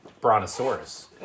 brontosaurus